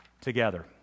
together